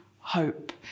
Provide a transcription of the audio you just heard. hope